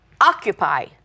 Occupy